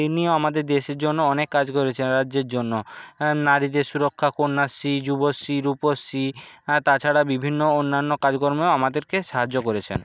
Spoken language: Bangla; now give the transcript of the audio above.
তিনিও আমাদের দেশের জন্য অনেক কাজ করেছে রাজ্যের জন্য নারীদের সুরক্ষা কন্যাশ্রী যুবশ্রী রূপশ্রী তাছাড়া বিভিন্ন অন্যান্য কাজকর্মেও আমাদেরকে সাহায্য করেছেন